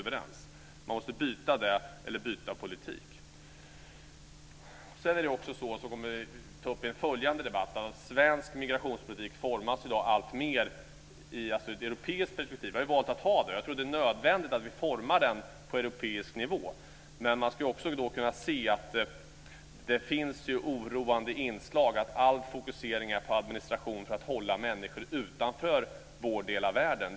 Man måste därför byta ut begreppet eller byta politik. Vi kommer i den följande debatten att ta upp att svensk migrationspolitik i dag formas alltmer från ett europeiskt perspektiv. Vi har valt att ha ett sådant, och jag tror att det är nödvändigt att vi formar migrationspolitiken på europeisk nivå. Men man ska också kunna se att det finns oroande inslag, att allt fokuseras på administration för att hålla människor utanför vår del av världen.